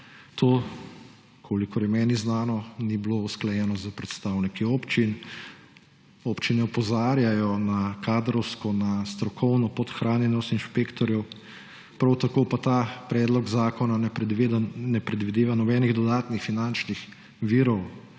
To, kolikor je meni znano, ni bilo usklajeno s predstavniki občin. Občine opozarjajo na kadrovsko, na strokovno podhranjenost inšpektorjev, prav tako pa ta predlog zakona ne predvideva nobenih dodatnih finančnih virov